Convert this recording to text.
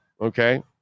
okay